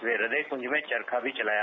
वे हृदयकुंज में चरखा भी चलाया